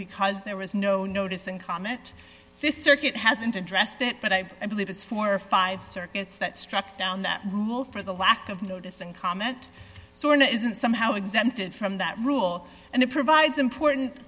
because there was no notice and comment this circuit hasn't addressed it but i believe it's four or five circuits that struck down that rule for the lack of notice and comment so when it isn't somehow exempted from that rule and it provides important